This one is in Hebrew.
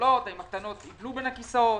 הקטנות ייפלו בין הכיסאות?